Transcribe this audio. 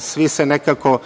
svi se nekako